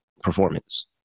performance